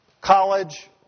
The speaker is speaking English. college